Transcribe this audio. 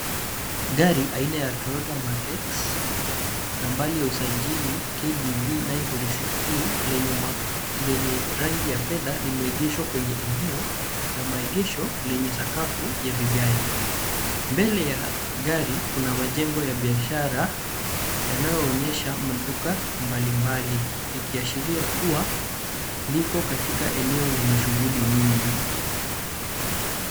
Gari aina ya Toyota mark X nambari ya usajili KBV 946E lenye rangi ya fedha limeegeshwa kwenye eneo la maegesho lenye sakafu ya vigae. Mbele ya gari kuna majengo ya bishara yanayoonyesha maduka mbalimbali, ikiashiria kuwa liko katika eneo lenye shughuli nyingi.